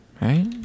right